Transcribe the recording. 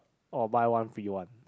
or buy one free one